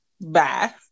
bye